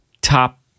top